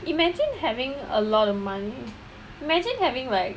imagine having a lot of money imagine having like